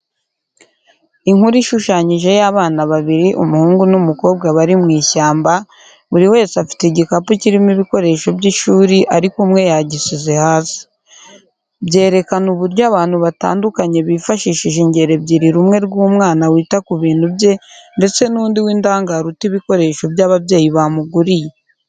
Inkuru ishushanyije y'abana babiri umuhungu n'umukobwa bari mu ishyamba, buri wese afite igikapu kirimo ibikoresho by'ishuri ariko umwe yagisize hasi. Byerakana uburyo abantu batandukanye bifashishije ingero ebyiri rumwe rw'umwana wita ku bintu bye ndetse n'undi w'indangare uta ibikoresho bye ababyeyi bamuguriye.